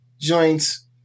Joints